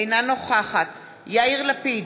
אינה נוכחת יאיר לפיד,